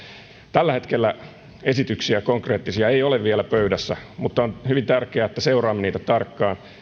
tällä hetkellä konkreettisia esityksiä ei ole vielä pöydässä mutta on hyvin tärkeää että seuraamme niitä tarkkaan